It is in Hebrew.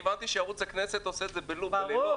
הבנתי שערוץ הכנסת עושה את זה בלופ -- זה הלהיט של הקדנציה.